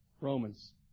Romans